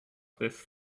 this